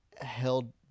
held